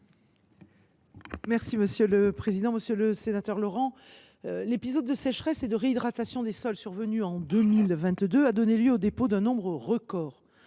Mme la ministre déléguée. Monsieur le sénateur Laurent, l’épisode de sécheresse et de réhydratation des sols survenu en 2022 a donné lieu au dépôt d’un nombre record